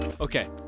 Okay